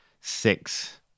six